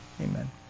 amen